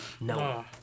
No